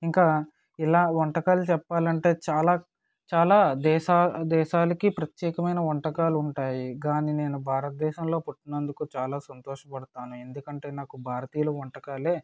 ఇంకా ఇలా వంటకాలు చెప్పాలంటే చాలా చాలా దేశా దేశాలకి ప్రత్యేకమైన వంటకాలుంటాయి కానీ నేను భారతదేశంలో పుట్టినందుకు చాలా సంతోషపడతాను ఎందుకంటే నాకు భారతీయుల వంటకాలే